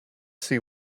see